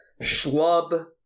schlub